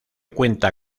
cuenta